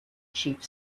chief